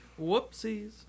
whoopsies